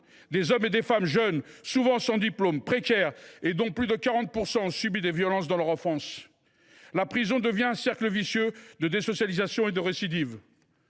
Des hommes et des femmes jeunes, souvent sans diplôme, précaires, dont plus de 40 % ont subi des violences dans leur enfance. La prison crée un cercle vicieux de désocialisation et de récidive